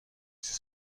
ses